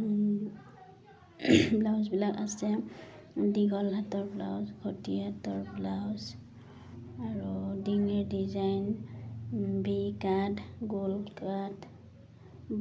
ব্লাউজবিলাক আছে দীঘল হাতৰ ব্লাউজ ঘটি হাতৰ ব্লাউজ আৰু ডিঙিৰ ডিজাইন ভি কাট গোল কাট